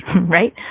right